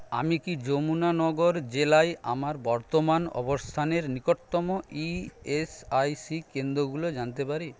আমি কি যমুনানগর জেলায় আমার বর্তমান অবস্থানের নিকটতম ইএসআইসি কেন্দ্রগুলো জানতে পারি